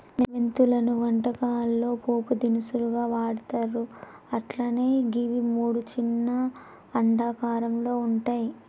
మెంతులను వంటకాల్లో పోపు దినుసుగా వాడ్తర్ అట్లనే గివి మూడు చిన్న అండాకారంలో వుంటయి